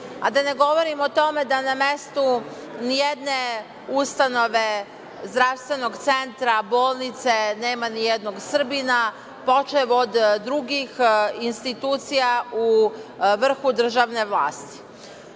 Da ne govorimo o tome da na mestu nijedne ustanove zdravstvenog centra, bolnice nema nijednog Srbina, počev od drugih institucija u vrhu državne vlasti. Bilo